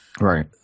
Right